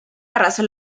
arrasó